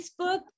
Facebook